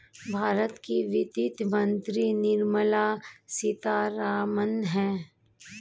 भारत की वित्त मंत्री निर्मला सीतारमण है